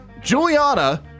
Juliana